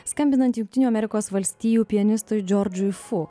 skambinant jungtinių amerikos valstijų pianistui džordžui fu